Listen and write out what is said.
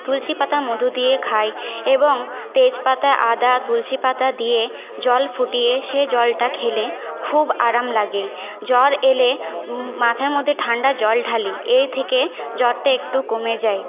তুলসি পাতা মধু দিয়ে খাই এবং তেজপাতায় আদা তুলসি পাতা দিয়ে জল ফুটিয়ে সে জলটা খেলে খুব আরাম লাগে জ্বর এলে মাথার মধ্যে ঠান্ডা জল ঢালি এই থেকে জ্বরটা একটু কমে যায়